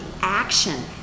action